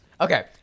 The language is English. Okay